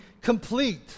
complete